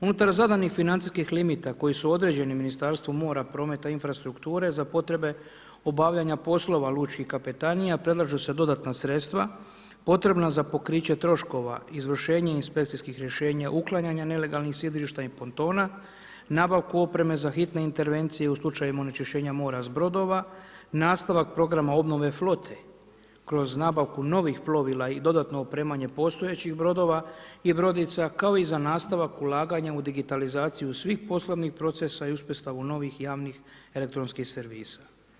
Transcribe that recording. Unutar zadanih financijskih limita koji su određeni Ministarstvu mora, prometa i infrastrukture za potrebe obavljanja poslova lučkih kapetanija predlažu se dodatna sredstva potrebna za pokriće troškova, izvršenje inspekcijskih rješenja uklanjanja nelegalnih sidrišta i pontona, nabavku opreme za hitne intervencije u slučajima onečišćenja mora s brodova, nastavak programa obnove flote kroz nabavku novih plovila i dodatno opremanje postojećih brodova i brodica kao i za nastavak ulaganja u digitalizaciju svih poslovnih procesa i uspostavu novih i javnih elektronskih servisa.